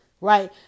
right